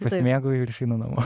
pasimėgauju ir išeinu namo